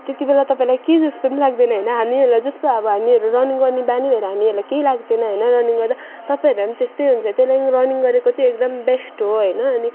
त्यति बेला तपाईँलाई के जस्तो पनि लाग्दैन होइन हामीहरूलाई जस्तो अब हामीहरू रनिङ गर्ने बानी भएर हामीहरूलाई केही लाग्दैन होइन रनिङ गर्दा तपाईँहरूलाई पनि त्यस्तै हुन्छ त्यही लागि रनिङ गरेको चाहिँ एकदम बेस्ट हो होइन अनि